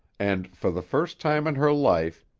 and, for the first time in her life,